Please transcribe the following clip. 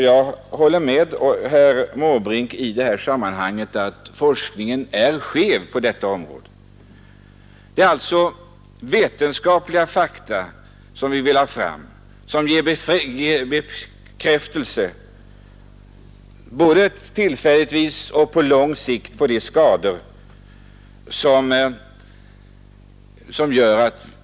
Jag håller med herr Måbrink om att forskningen är skev på detta område. Det är alltså vetenskapliga fakta som vi vill ha fram, som ger bekräftelse både för tillfället och på lång sikt.